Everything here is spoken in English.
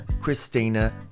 Christina